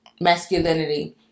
Masculinity